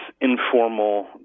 informal